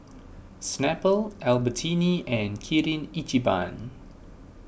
Snapple Albertini and Kirin Ichiban